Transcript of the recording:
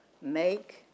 make